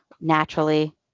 naturally